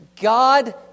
God